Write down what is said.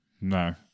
No